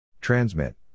Transmit